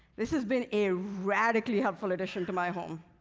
this has been a radically helpful addition to my home.